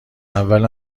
اول